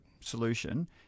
solution